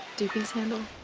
doopey's handle?